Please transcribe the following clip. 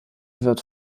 wird